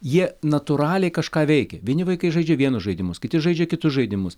jie natūraliai kažką veikia vieni vaikai žaidžia vienus žaidimus kiti žaidžia kitus žaidimus